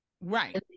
Right